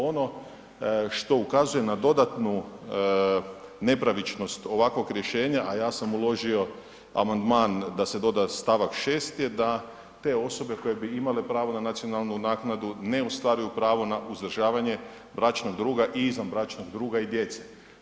Ono što ukazuje na dodatnu nepravičnost ovakvog rješenja, a ja sam uložio amandman da se doda st. 6. je da te osobe koje bi imale pravo na nacionalnu naknadu ne ostvaruju pravo na uzdržavanje bračnog druga i izvanbračnog druga i djece.